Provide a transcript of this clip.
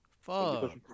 Fuck